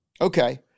Okay